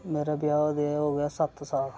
मेरे ब्याह् होए दे हो गेआ सत्त साल